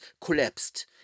collapsed